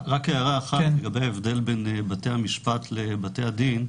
רק הערה אחת לגבי ההבדל בין בתי המשפט לבתי הדין.